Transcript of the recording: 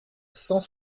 cent